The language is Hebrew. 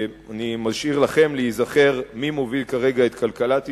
אני משאיר לכם להיזכר מי מוביל כרגע את כלכלת ישראל,